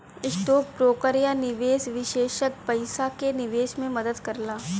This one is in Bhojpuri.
स्टौक ब्रोकर या निवेश विषेसज्ञ पइसा क निवेश में मदद करला